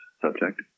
subject